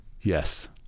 Yes